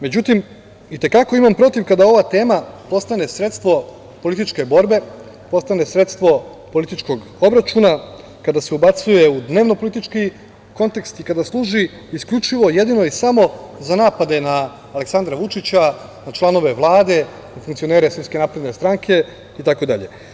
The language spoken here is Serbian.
Međutim, i te kako imam protiv kada ova tema postane sredstvo političke borbe, postane sredstvo političkog obračuna, kada se ubacuje u dnevno-politički kontekst i kada služi isključivo, jedino i samo za napade na Aleksandra Vučića, na članove Vlade, na funkcionere SNS itd.